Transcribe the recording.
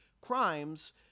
crimes